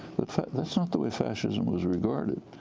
but that's not the way fascism was regarded.